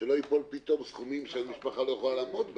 שלא יפלו פתאום סכומים שהמשפחה לא יכולה לעמוד בהם.